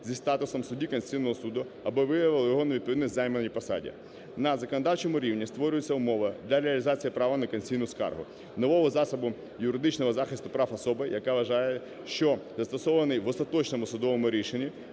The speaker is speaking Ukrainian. зі статусом судді Конституційного Суду або виявили його невідповідність займаній посаді. На законодавчому рівні створюється умова для реалізації права на конституційну скаргу нового засобу юридичного захисту прав особи, яка вважає, що застосований в остаточному судовому рішенні